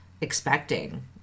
expecting